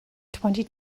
twenty